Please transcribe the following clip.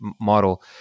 model